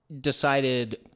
decided